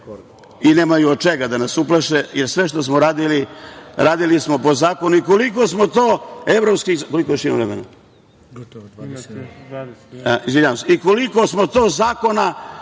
i nemaju od čega da nas uplaše, jer sve što smo radili, radili smo po zakonu. Koliko smo to zakona